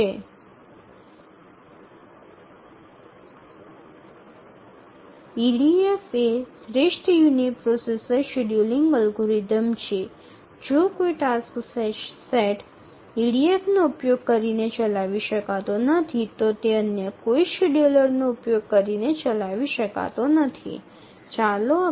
EDF হল অনুকূল uniprocessor scheduling algorithm যদি কোনও EDF ব্যবহার করে কোনও টাস্ক সেট চালানো না যায় অন্য কোনও শিডিয়ুলার ব্যবহার করে এটি চালানো যাবে না